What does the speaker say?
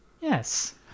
Yes